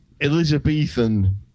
Elizabethan